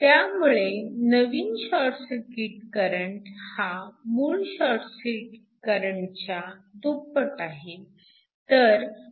त्यामुळे नवीन short circuit current हा मूळ शॉर्ट सर्किट करंटच्या दुप्पट आहे